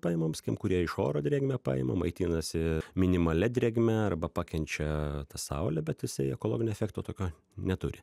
paimam skim kurie iš oro drėgmę paima maitinasi minimalia drėgme arba pakenčia tą saulę bet jisai ekologinio efekto tokio neturi